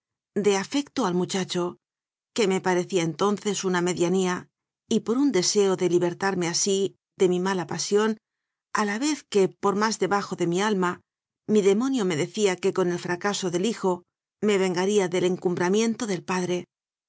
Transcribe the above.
de afecto al muchacho que me parecía entonces una medianía y por un deseo de libertarme así de mi mala pasión a la vez que por más debajo de mi alma mi demonio me decía que con el fracaso del hijo me vengaría del encumbramiento del pa